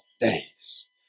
days